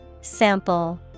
Sample